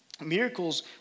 Miracles